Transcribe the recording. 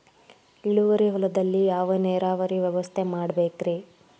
ಇಳುವಾರಿ ಹೊಲದಲ್ಲಿ ಯಾವ ನೇರಾವರಿ ವ್ಯವಸ್ಥೆ ಮಾಡಬೇಕ್ ರೇ?